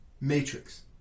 matrix